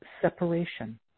separation